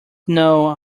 know